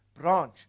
branch